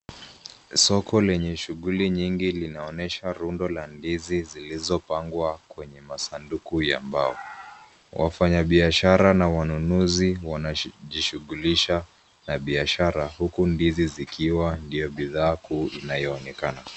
Soko lenye shughuli nyingi linaonyesha rundo la ndizi , zilizopangwa kwenye masanduku ya mbao. Wafanyabiashara na wanunuzi wanajishughulisha na biashara, huku ndizi zikiwa ndio bidhaa kuu inayoonekana.